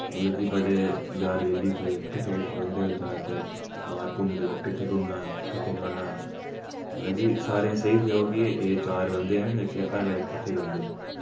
मतलब कि बड़े यार वेल्ली हे किट्ठे किट्ठे रौंह्दे हे जैदातर बाह्र घुमदे ते किट्ठे घूमना किट्ठे खाना मतलब कि सारें सेही हे ओह् की एह् चार बंदे न जेह्के हर वेल्लै किट्ठे गै होंदे